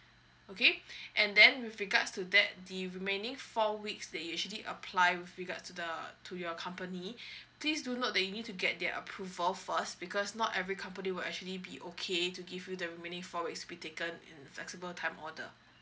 okay and then with regards to that the remaining four weeks that you actually apply with regards to the to your company please do note that you need to get their approval first because not every company will actually be okay to give you the remaining four weeks be taken in flexible time order